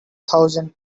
thousand